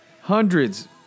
hundreds